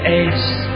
ace